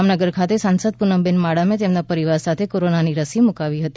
જામનગર ખાતે સાંસદ પૂનમબેન માડમે તેમના પરિવાર સાથે કોરોના રસી મૂકાવી હતી